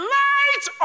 light